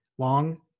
Long